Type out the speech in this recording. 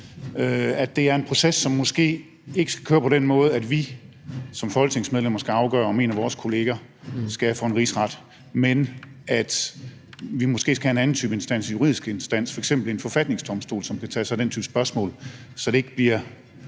at det er en proces, som måske ikke skal køre på den måde, at vi som folketingsmedlemmer skal afgøre, om en af vores kolleger skal for en rigsret, men at vi måske skal have en anden type instans, en juridisk instans, f.eks. en forfatningsdomstol, som kunne tage sig af den type spørgsmål, så det ikke bliver